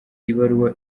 ibaruwa